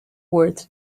worth